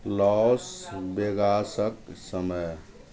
लॉसबेगासके समय